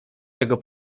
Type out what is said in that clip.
tego